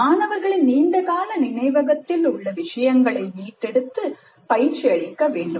மாணவர்களின் நீண்டகால நினைவகத்தில் உள்ள விஷயங்களை மீட்டெடுத்து பயிற்சி அளிக்க வேண்டும்